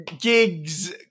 gigs